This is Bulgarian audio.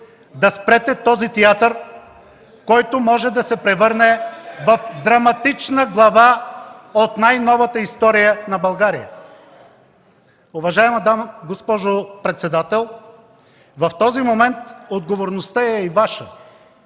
да спрете този театър, който може да се превърне в драматична глава от най-новата история на България. Уважаема госпожо председател, в този момент отговорността е и Ваша